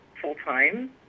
full-time